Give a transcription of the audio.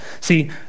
See